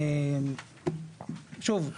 שוב,